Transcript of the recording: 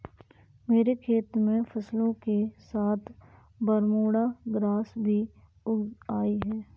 मेरे खेत में फसलों के साथ बरमूडा ग्रास भी उग आई हैं